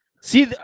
See